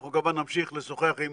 אנחנו כמובן נמשיך לשוחח עם